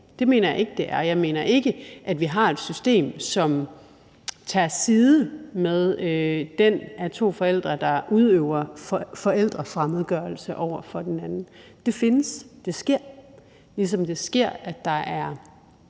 Det mener jeg ikke det er. Jeg mener ikke, at vi har et system, som tager side i forhold til den af de to forældre, der udøver forældrefremmedgørelse over for den anden. Det findes. Det sker, ligesom det sker, at der er